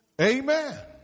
Amen